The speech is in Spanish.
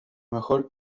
mejor